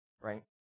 right